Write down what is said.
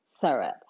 syrup